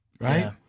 right